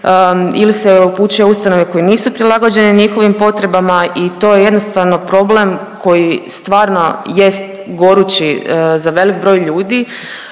ili se upućuje u ustanove koje nisu prilagođene njihovim potrebama i to je jednostavno problem koji stvarno jest gorući za velik broj ljudi